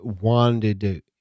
wanted